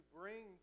bring